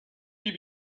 you